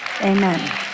Amen